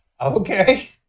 Okay